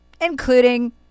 including